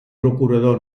procurador